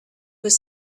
was